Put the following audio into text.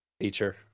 Feature